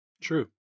True